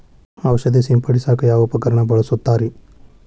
ಔಷಧಿ ಸಿಂಪಡಿಸಕ ಯಾವ ಉಪಕರಣ ಬಳಸುತ್ತಾರಿ?